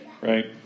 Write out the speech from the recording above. right